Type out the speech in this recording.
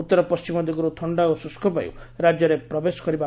ଉତ୍ତର ପଣ୍ଟିମ ଦିଗରୁ ଥଣ୍ତା ଓ ଶୁଷ୍କ ବାୟୁ ରାଜ୍ୟରେ ପ୍ରବେଶ କରିବ